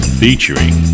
featuring